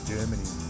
Germany